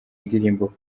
indirimbo